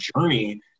journey